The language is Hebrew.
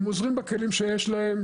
הם עוזרים בכלים שיש להם,